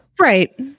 Right